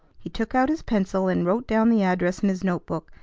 he took out his pencil, and wrote down the address in his note-book,